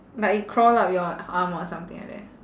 like it crawl up your arm or something like that